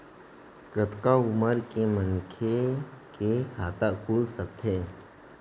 कतका उमर के मनखे के खाता खुल सकथे?